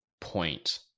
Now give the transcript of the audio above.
point